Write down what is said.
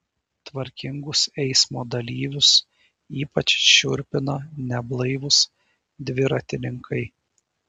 tvarkingus eismo dalyvius ypač šiurpina neblaivūs dviratininkai